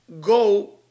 go